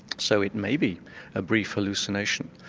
so it may be a brief hallucination,